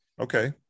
okay